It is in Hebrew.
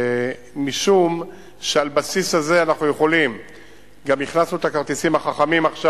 משום שעל הבסיס הזה גם הכנסנו את הכרטיסים החכמים עכשיו.